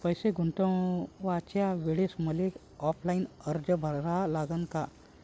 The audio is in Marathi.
पैसे गुंतवाच्या वेळेसं मले ऑफलाईन अर्ज भरा लागन का?